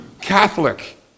Catholic